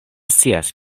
scias